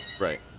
Right